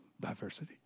Diversity